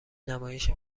نمایش